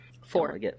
Four